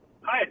Hi